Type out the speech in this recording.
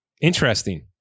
Interesting